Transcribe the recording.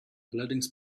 allerdings